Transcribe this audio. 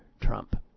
Trump